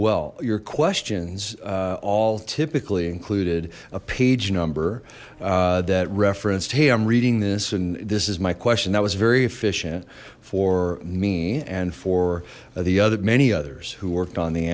well your questions all typically included a page number that referenced hey i'm reading this and this is my question that was very efficient for me and for the other many others who worked on the